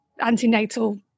antenatal